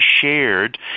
shared